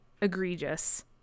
egregious